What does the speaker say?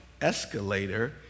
escalator